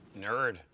nerd